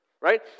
Right